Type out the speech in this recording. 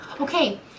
Okay